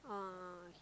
oh okay okay